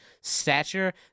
stature